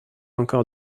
encore